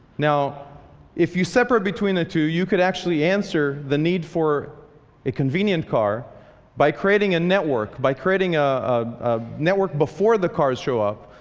now if you separate between the two, you could actually answer the need for a convenient car by creating a network, by creating a a network before before the cars show up.